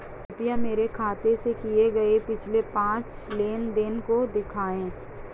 कृपया मेरे खाते से किए गये पिछले पांच लेन देन को दिखाएं